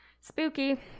Spooky